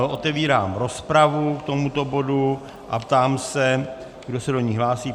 Otevírám rozpravu k tomuto bodu a ptám se, kdo se do ní hlásí.